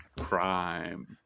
crime